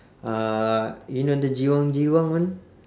uh you know the jiwang jiwang [one]